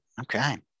Okay